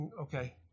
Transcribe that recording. okay